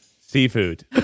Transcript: Seafood